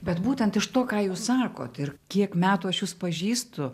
bet būtent to ką jūs sakot ir kiek metų aš jus pažįstu